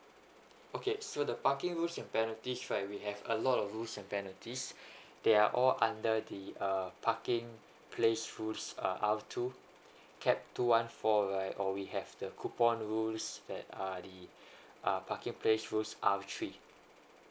okay so the parking rules and penalties right we have a lot of rules and penalties they are all under the uh parking place rules uh one for like or we have the coupon rules that are the parking the uh parking place rules